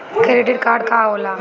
Credit card का होला?